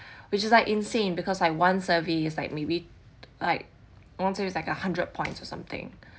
which is like insane because like one survey is like maybe like one survey is like a hundred points or something